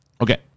Okay